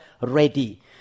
ready